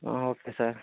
okay sir